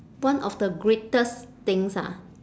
one of the greatest things ah